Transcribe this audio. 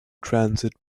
transit